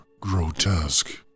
grotesque